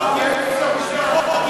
זה חוק-יסוד, קח את הזמן שלך.